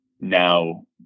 now